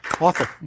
Awesome